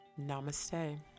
Namaste